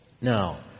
Now